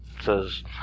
Says